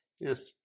Yes